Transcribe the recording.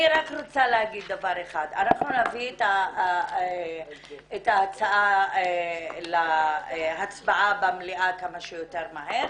אנחנו נביא את ההצעה להצבעה במליאה כמה שיותר מהר.